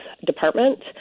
Department